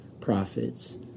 prophets